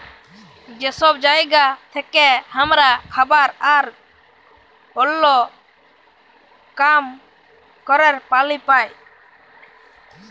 যে সব জায়গা থেক্যে হামরা খাবার আর ওল্য কাম ক্যরের পালি পাই